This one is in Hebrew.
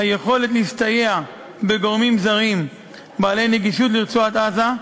היכולת להסתייע בגורמים זרים בעלי נגישות לרצועת-עזה,